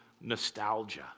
nostalgia